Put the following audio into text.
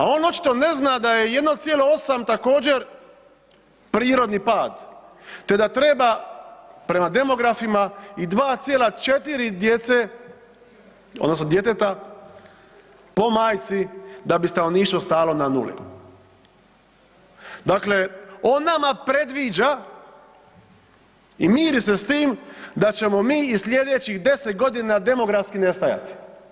A on očito ne zna da je 1,8 također, prirodni pad te da treba, prema demografima i 2,4 djece, odnosno djeteta po majci da bi stanovništvo ostalo na 0. Dakle, on nama predviđa i miri se s tim da ćemo mi i sljedećih 10 godina demografski nestajati.